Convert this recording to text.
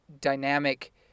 dynamic